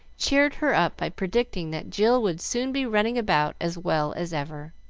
cheered her up by predicting that jill would soon be running about as well as ever.